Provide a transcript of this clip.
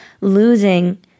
losing